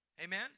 Amen